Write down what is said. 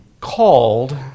called